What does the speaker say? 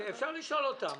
אפשר לשאול אותם.